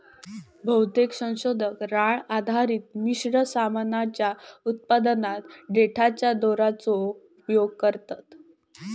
बहुतेक संशोधक राळ आधारित मिश्र सामानाच्या उत्पादनात देठाच्या दोराचो उपयोग करतत